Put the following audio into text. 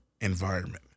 environment